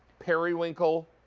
perry winkle.